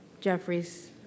Jeffries